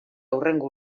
hurrengo